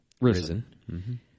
risen